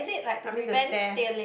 I mean the stairs